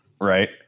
right